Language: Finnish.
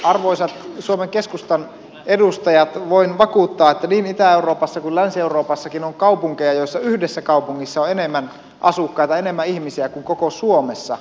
arvoisat suomen keskustan edustajat voin vakuuttaa että niin itä euroopassa kuin länsi euroopassakin on kaupunkeja joissa yhdessä kaupungissa on enemmän asukkaita enemmän ihmisiä kuin koko suomessa